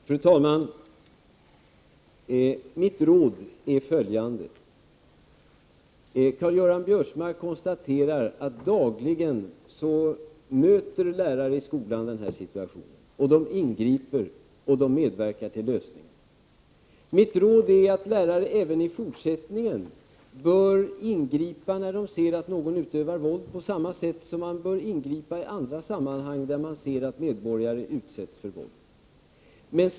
Fru talman! Mitt råd är följande: Karl-Göran Biörsmark konstaterar att lärare dagligen möter denna situation i skolan. De ingriper och medverkar till lösningar. Det är mitt råd att lärare även i fortsättningen bör ingripa när de ser att någon utövar våld, på samma sätt som man bör ingripa i andra sammanhang där man ser att medborgare utsätts för våld.